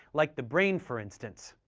like the brain, for instance.